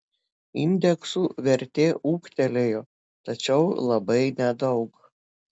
indeksų vertė ūgtelėjo tačiau labai nedaug